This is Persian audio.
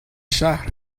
شهر